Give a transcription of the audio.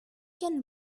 can